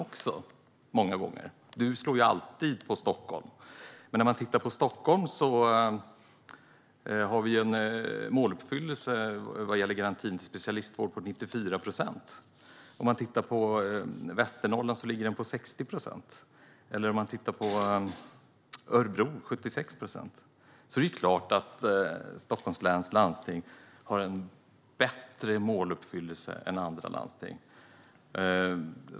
Hon slår alltid på Stockholm. Men när vi tittar på Stockholm ser vi en måluppfyllelse vad gäller garantin i specialistvård på 94 procent. I Västernorrland är det 60 procent, och i Örebro 76 procent. Det är klart att Stockholms läns landsting har en bättre måluppfyllelse än andra landsting.